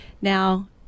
Now